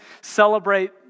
celebrate